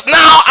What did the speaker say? now